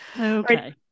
Okay